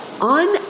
On